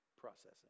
processing